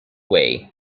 way